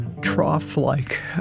trough-like